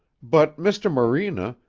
but, mr. morena,